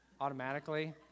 automatically